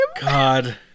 god